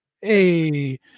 Hey